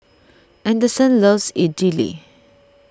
anderson loves Idili